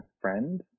friend